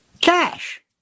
Cash